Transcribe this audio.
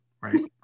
Right